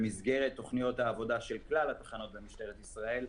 במסגרת תוכניות העבודה של כלל התחנות במשטרת ישראל,